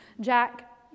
Jack